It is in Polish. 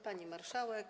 Pani Marszałek!